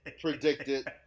predicted